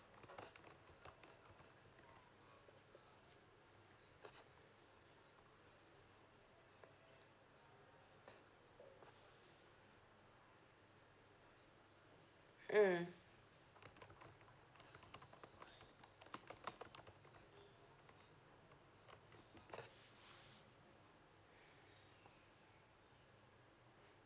mm